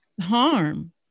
harm